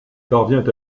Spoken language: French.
parvient